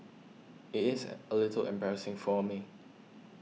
it is a little embarrassing for me